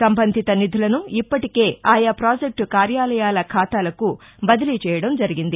సంబంధిత నిధులను ఇప్పటికే ఆయా పాజెక్టు కార్యాలయాల ఖాతాలకు బదిలీ చేయడం జరిగింది